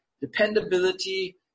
dependability